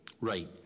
Right